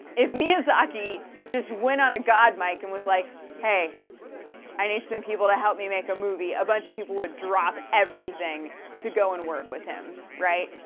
if miyazaki just went on a god mic and was like hey i need some people to help me make a movie, a bunch of people would drop everything to go and work with him, right?